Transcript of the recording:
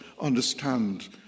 understand